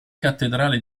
cattedrale